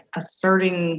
asserting